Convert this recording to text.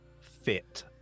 fit